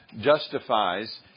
justifies